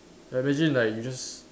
like imagine like you just